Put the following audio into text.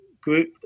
group